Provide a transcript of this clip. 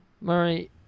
Murray